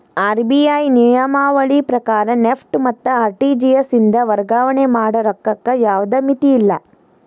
RBI ನಿಯಮಾವಳಿ ಪ್ರಕಾರ NEFT ಮತ್ತ ಆರ್.ಟಿ.ಜಿ.ಎಸ್ ಇಂದ ವರ್ಗಾವಣೆ ಮಾಡ ರೊಕ್ಕಕ್ಕ ಯಾವ್ದ್ ಮಿತಿಯಿಲ್ಲ